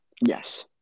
Yes